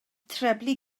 treblu